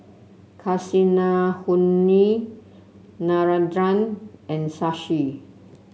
Kasinadhuni Narendra and Shashi